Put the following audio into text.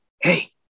Hey